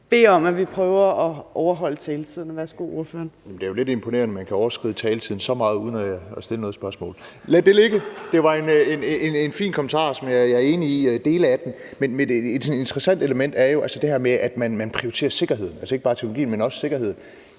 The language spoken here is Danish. bede om, at vi prøver at overholde taletiden. Værsgo, ordføreren. Kl. 18:40 Alex Vanopslagh (LA): Det er lidt imponerende, at man kan overskride taletiden så meget uden at stille noget spørgsmål. Lad det ligge. Det var en fin kommentar, og jeg er enig i dele af den. Men et interessant element er jo det her med, at man prioriterer sikkerhed, altså ikke bare teknologien. Jeg er ikke